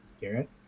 Garrett